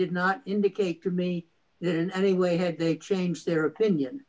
did not indicate to me that in any way had they changed their opinion